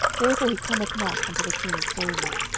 therefore he cometh not unto the king's table.